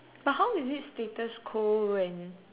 but how is it status quo when